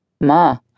Ma